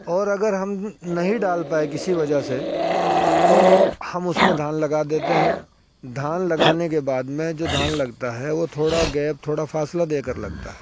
اور اگر ہم نہیں ڈال پائے کسی وجہ سے تو ہم اس میں دھان لگا دیتے ہیں دھان لگانے کے بعد میں جو دھان لگتا ہے وہ تھوڑا گیپ تھوڑا فاصلہ دے کر لگتا ہے